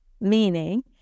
meaning